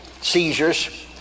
seizures